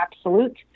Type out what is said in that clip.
absolute